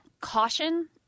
caution